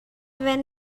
wenn